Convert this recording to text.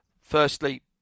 firstly